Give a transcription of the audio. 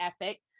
epic